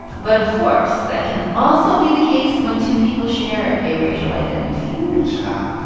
but, of course, that can also be the case when two people share a racial identity ooh, child,